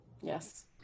yes